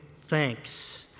thanks